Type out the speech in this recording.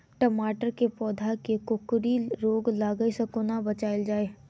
टमाटर केँ पौधा केँ कोकरी रोग लागै सऽ कोना बचाएल जाएँ?